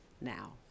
now